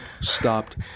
stopped